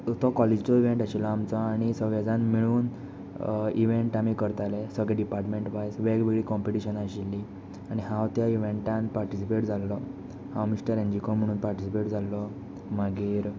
तो कॉलेजीचो इवेंट आशिल्लो आमचो आनी सगले जाण मेळून इवेंट आमी करताले सगले डिपाटमेंट वायज वेगवेगळी कंपिटिशनां आशिल्लीं आनी हांव त्या इवेंटान पार्टिसिपेट जाल्लों हांव मिस्टर एंजीकॉम म्हूण पार्टिसीपेट जाल्लो मागीर